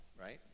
right